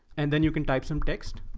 and then you can type some text